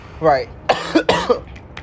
Right